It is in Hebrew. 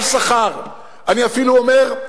אני אפילו אומר,